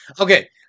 Okay